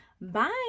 Bye